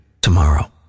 tomorrow